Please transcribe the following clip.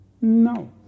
No